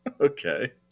Okay